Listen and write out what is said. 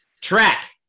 track